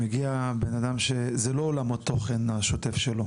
שמגיע בן-אדם שזה לא עולם התוכן השוטף שלו.